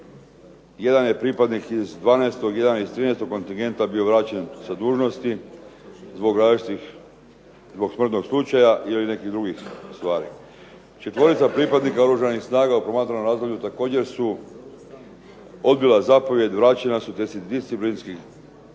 jedan je pripadnik iz 12., jedan iz 13. kontingenta bio vraćen sa dužnosti zbog različitih, zbog smrtnog slučaja ili nekih drugih stvari. Četvorica pripadnika oružanih snaga u promatranom razdoblju također su odbila zapovijed, vraćena su te su disciplinski snosila